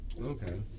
Okay